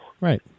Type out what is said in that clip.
Right